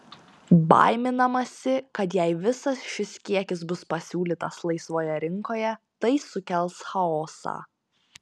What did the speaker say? baiminamasi kad jei visas šis kiekis bus pasiūlytas laisvoje rinkoje tai sukels chaosą